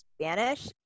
Spanish